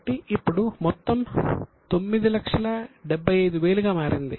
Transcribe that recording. కాబట్టి ఇప్పుడు మొత్తం 975000 గా మారింది